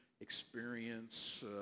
experience